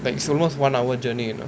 like it's almost one hour journey you know